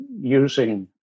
using